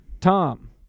Tom